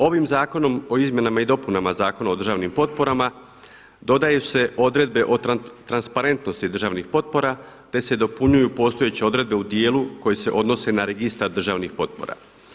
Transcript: Ovim Zakonom o izmjenama i dopunama Zakona o državnim potporama dodaju se odredbe o transparentnosti državnih potpora, te se dopunjuju postojeće odredbe u dijelu koje se odnose na registar državnih potpora.